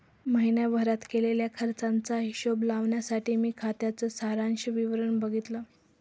महीण्याभारत केलेल्या खर्चाचा हिशोब लावण्यासाठी मी खात्याच सारांश विवरण बघितले